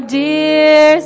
dear